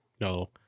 No